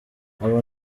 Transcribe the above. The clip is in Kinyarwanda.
abo